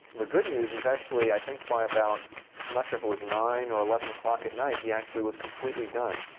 the good news is actually i think by about i'm not sure if it was nine or eleven o'clock at night he actually was completely done.